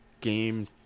game